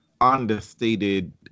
understated